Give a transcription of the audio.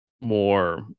more